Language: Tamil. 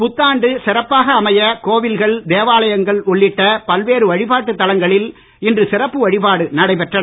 புத்தாண்டு சிறப்பாக அமைய கோயில்கள் தேவாலயங்கள் உள்ளிட்ட பல்வேறு வழிபாட்டுத் தலங்களில் இன்று சிறப்பு வழிபாடு நடைபெற்றன